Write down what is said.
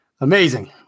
amazing